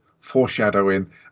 foreshadowing